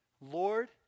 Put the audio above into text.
Lord